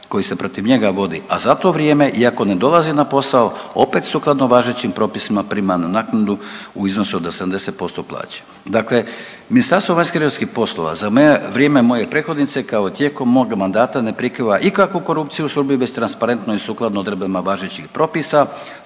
koji se protiv njega vodi, a za to vrijeme iako ne dolazi na posao opet sukladno važećim propisima prima naknadu u iznosu od 80% plaće. Dakle, Ministarstvo vanjskih i europskih poslova za vrijeme moje prethodnice kao i tijekom mog mandata ne prikriva ikakvu korupciju …/Govornik se ne razumije/…transparentno i sukladno odredbama važećih propisa,